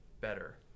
better